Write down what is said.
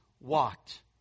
walked